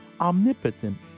omnipotent